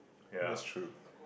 that's true